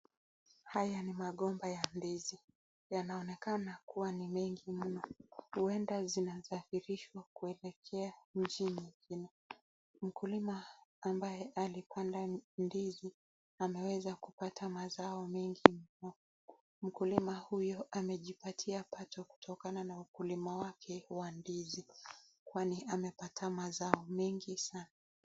Haya ni migomba ya ndizi, yanaonekana kuwa ni mengi mno. Huenda zinasafirishwa kuelekea mji nyingine. Mkulima ambaye alipanda ndizi ameweza kupata mazao mengi mno. Mkulima huyo amejipatia mapato kutokana na ukulima wake wa ndizi kwani amepata mazao mengi sana.